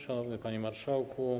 Szanowny Panie Marszałku!